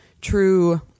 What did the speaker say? true